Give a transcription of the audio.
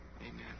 Amen